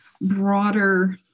broader